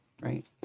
Right